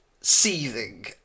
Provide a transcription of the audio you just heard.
seething